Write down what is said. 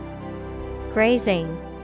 Grazing